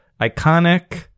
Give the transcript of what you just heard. iconic